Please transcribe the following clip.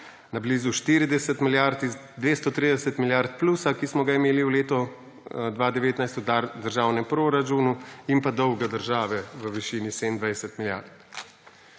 na blizu 40 milijard z 230 milijard plusa, ki smo ga imeli v letu 2019 v državnem proračunu, in pa dolga države v višini 27 milijard.